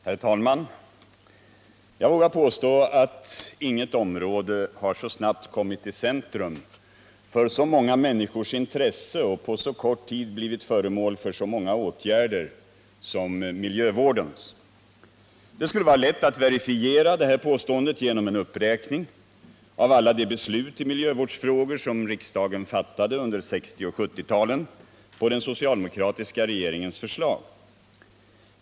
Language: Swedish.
Herr talman! Jag vågar påstå att inget område har så snabbt kommit i centrum för så många människors intresse och på så kort tid blivit föremål för så många åtgärder som miljövårdens. Det skulle vara lätt att verifiera detta påstående genom en uppräkning av alla de beslut i miljövårdsfrågor som riksdagen fattade under 1960 och 1970-talen på den socialdemokratiska regeringens förslag.